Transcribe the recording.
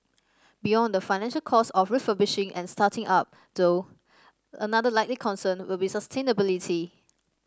beyond the financial costs of refurbishing and starting up though another likely concern will be sustainability